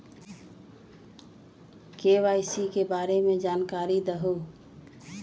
KYC के बारे में जानकारी दहु?